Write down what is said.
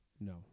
No